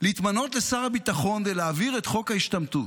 להתמנות לשר הביטחון ולהעביר את חוק ההשתמטות,